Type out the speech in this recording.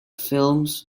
films